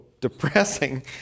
depressing